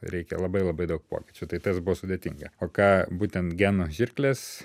reikia labai labai daug pokyčių tai tas buvo sudėtinga o ką būtent genų žirklės